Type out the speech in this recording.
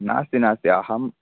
नास्ति नास्ति अहं